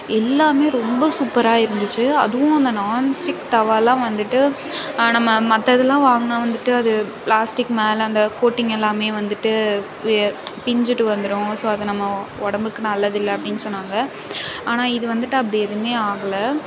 எல்லாமே ரொம்ப சூப்பராக இருந்துச்சி அதுவும் அந்த நான்ஸ்டிக் தவாலாம் வந்துட்டு நம்ம மற்றதுலாம் வாங்கினா வந்துட்டு அது பிளாஸ்டிக் மேல அந்த கோட்டிங் எல்லாம் வந்துட்டு பிஞ்சிட்டு வந்துடும் ஸோ அது நம்ம உடம்புக்கு நல்லது இல்லை அப்படின் சொன்னாங்க ஆனால் இது வந்துட்டு அப்படி எதுவுமே ஆகல